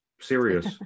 serious